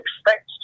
expect